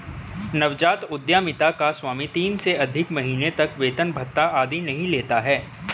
नवजात उधमिता का स्वामी तीन से अधिक महीने तक वेतन भत्ता आदि नहीं लेता है